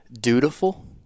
dutiful